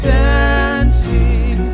dancing